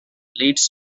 leads